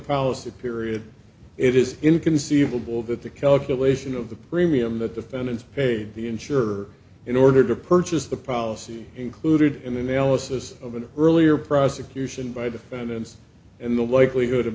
policy period it is inconceivable that the calculation of the premium the defendant paid the insurer in order to purchase the policy included in the analysis of an earlier prosecution by defendants and the likelihood of